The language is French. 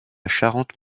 charente